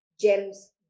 gems